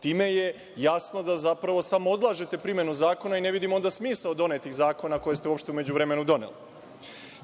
Time je jasno da zapravo samo odlažete primenu zakona i ne vidim onda smisao donetih zakona koje ste uopšte u međuvremenu doneli.